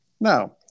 Now